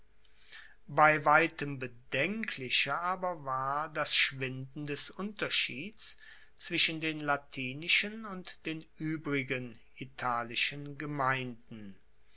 bei weitem bedenklicher aber war das schwinden des unterschieds zwischen den latinischen und den uebrigen italischen gemeinden